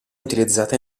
utilizzata